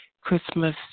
Christmas